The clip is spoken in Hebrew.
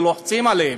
כי לוחצים עליהם.